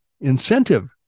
incentive